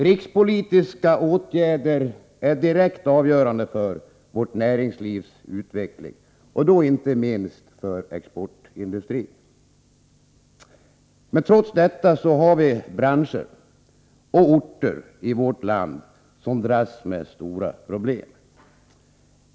Rikspolitiska åtgärder är direkt avgörande för vårt näringslivs utveckling, och då inte minst för exportindustrins. Trots detta har vi branscher och orter i vårt land som dras med stora problem.